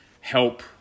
help